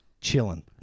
chilling